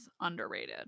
underrated